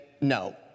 no